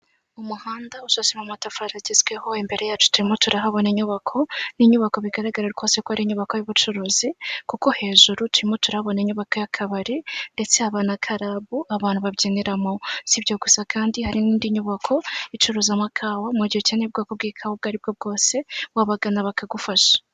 Umuhanda ushashemo amatafari agezweho imbere yacu turimo turahabona inyubako ni inyubako bigaragara rwose ko ari inyubako y'ubucuruzi kuko hejuru turimo turabona inyubako y'akabari ndetse na karabu abantu babyiniramo sibyo gusa kandi hari n'indi nyubako icuruza amakawa mu gihe ukeneye ubwoko bw'ikawa ubwo aribwo bwose wabagana bakagufasha .